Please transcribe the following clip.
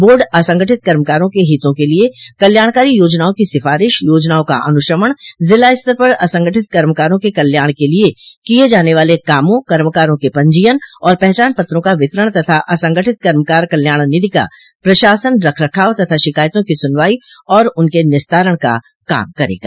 board असंगठित कर्मकारों के हितों के लिए कल्याणकारी योजनाओं की सिफारिश योजनाओं का अनुश्रवण जिला स्तर पर असंगठित कर्मकारों क कल्याण के लिए किय जाने वाले कामों कर्मकारों के पंजीयन और पहचान पत्रों का वितरण तथा असंगठित कर्मकार कल्याण निधि का प्रशासन रख रखाव तथा शिकायतों की सुनवाई और उनके निस्तारण का काम करेगा